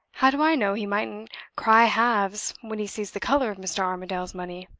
how do i know he mightn't cry halves when he sees the color of mr. armadale's money?